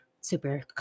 super